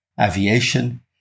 aviation